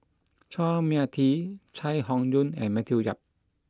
Chua Mia Tee Chai Hon Yoong and Matthew Yap